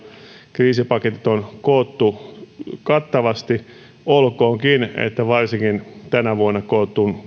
kriisipaketit on koottu kattavasti olkoonkin että varsinkin tänä vuonna kootussa